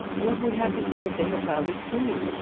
what would have to say if they had found a spoon!